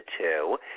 two